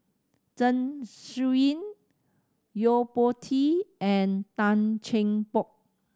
Zeng Shouyin Yo Po Tee and Tan Cheng Bock